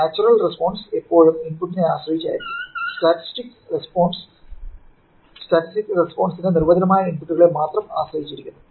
natural response എപ്പോഴും ഇൻപുട്ടിനെ ആശ്രയിച്ചിരിക്കും സ്റ്റാറ്റിസ്റ്റിക് റെസ്പോൺസ് സ്റ്റാറ്റിസ്റ്റിക് റെസ്പോൺസ്ന്റെ നിർവചനമായ ഇൻപുട്ടുകളെ മാത്രം ആശ്രയിച്ചിരിക്കുന്നു